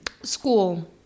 School